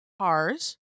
Cars